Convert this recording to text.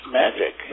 magic